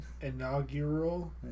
Inaugural